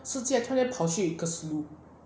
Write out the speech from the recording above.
世界突然间跑去克士路